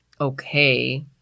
okay